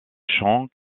chants